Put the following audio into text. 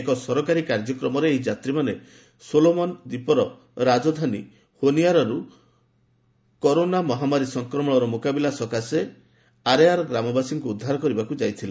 ଏକ ସରକାରୀ କାର୍ଯ୍ୟକ୍ରମରେ ଏହି ଯାତ୍ରୀମାନେ ସୋଲୋମନ୍ ଦ୍ୱୀପର ରାଜଧାନୀ ହୋନିଆରାରୁ କରୋନା ମହାମାରୀ ସଂକ୍ରମଣର ମୁକାବିଲା ସକାଶେ ଆରେଆର୍ ଗ୍ରାମବାସୀଙ୍କୁ ଉଦ୍ଧାର କରିବାକୁ ଯାଇଥିଲେ